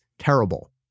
Terrible